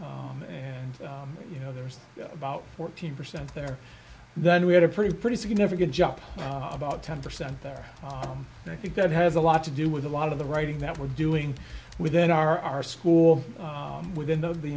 and you know there's about fourteen percent there and then we had a pretty pretty significant jump about ten percent there and i think that has a lot to do with a lot of the writing that we're doing within our our school within the the